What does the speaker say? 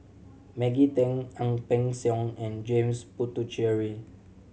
Maggie Teng Ang Peng Siong and James Puthucheary